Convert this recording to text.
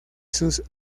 sus